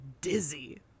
dizzy